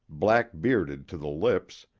black bearded to the lips,